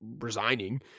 resigning